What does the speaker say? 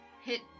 hit